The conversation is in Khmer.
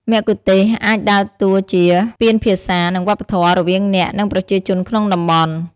មគ្គុទ្ទេសក៍អាចដើរតួជា ស្ពានភាសា និងវប្បធម៌ រវាងអ្នក និងប្រជាជនក្នុងតំបន់។